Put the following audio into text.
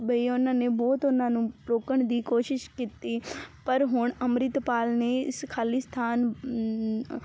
ਬਈ ਉਹਨਾਂ ਨੇ ਬਹੁਤ ਉਹਨਾਂ ਨੂੰ ਰੋਕਣ ਦੀ ਕੋਸ਼ਿਸ਼ ਕੀਤੀ ਪਰ ਹੁਣ ਅੰਮ੍ਰਿਤਪਾਲ ਨੇ ਇਸ ਖਾਲਿਸਥਾਨ